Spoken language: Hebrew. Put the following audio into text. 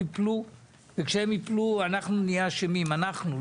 לא נראה שעמדתם לקבל קמחא דפסחא בשנת 2023 אחרי הרווחים ב-2022,